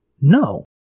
No